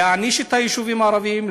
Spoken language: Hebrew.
להעניש את היישובים הערביים,